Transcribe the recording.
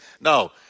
No